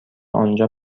آنجا